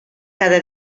cada